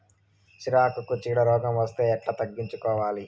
సిరాకుకు చీడ రోగం వస్తే ఎట్లా తగ్గించుకోవాలి?